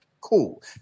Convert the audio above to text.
cool